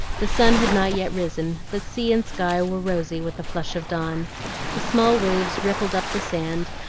the sun had not yet risen, but sea and sky were rosy with the flush of dawn the small waves rippled up the sand,